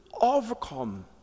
overcome